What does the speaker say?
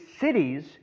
cities